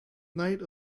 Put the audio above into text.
night